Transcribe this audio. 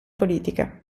politica